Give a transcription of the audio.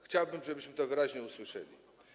Chciałbym, żebyśmy to wyraźnie usłyszeli.